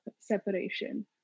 separation